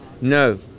no